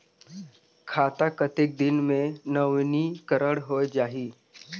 खाता कतेक दिन मे नवीनीकरण होए जाहि??